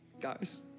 guys